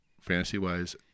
fantasy-wise